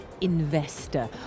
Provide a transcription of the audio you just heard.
investor